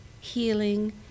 healing